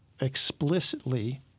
explicitly